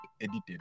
edited